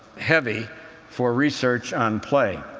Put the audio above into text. heavy for research on play.